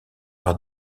par